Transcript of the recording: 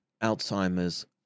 Alzheimer's